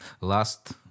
last